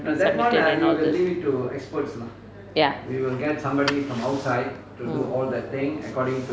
ya